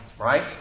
right